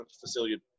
facility